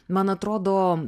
man atrodo